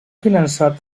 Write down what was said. finançat